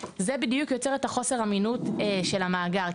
זה בדיוק יוצר את חוסר האמינות של המאגר.